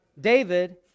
David